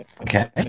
Okay